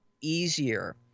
easier